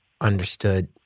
understood